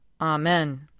Amen